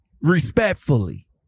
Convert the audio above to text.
respectfully